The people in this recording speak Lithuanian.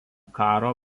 karo